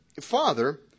Father